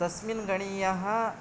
तस्मिन् गणीयः